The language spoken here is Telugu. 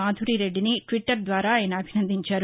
మాధురి రెడ్డిని ట్విట్లర్ ద్వారా ఆయన అభినందించారు